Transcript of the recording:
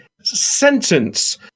sentence